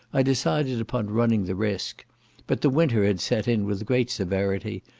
i decided upon running the risk but the winter had set in with great severity,